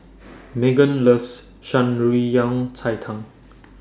Meggan loves Shan Rui Yang Cai Tang